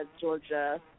georgia